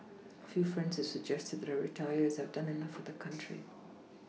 a few friends have suggested that I retire as I have done enough for the country